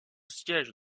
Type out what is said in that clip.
siège